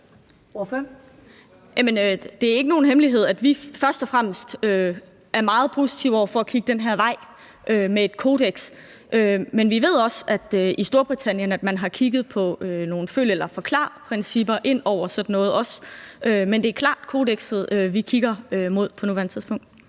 Det er ikke nogen hemmelighed, at vi først og fremmest er meget positive over for at kigge den her vej med et kodeks, men vi ved også, at man i Storbritannien har kigget på at få nogle følg eller forklar-principper ind over, men det er klart kodekset, vi kigger mod på nuværende tidspunkt.